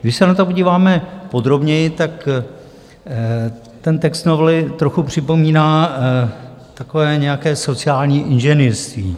Když se na to podíváme podrobněji, tak text novely trochu připomíná takové nějaké sociální inženýrství.